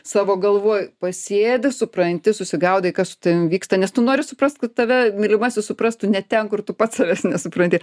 savo galvoj pasėdi supranti susigaudai kas su tavim vyksta nes tu nori suprask kad tave mylimasis suprastų net ten kur tu pats savęs nesupranti